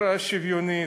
יותר שוויונית.